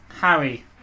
Harry